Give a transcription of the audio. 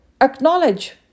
Acknowledge